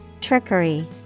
Trickery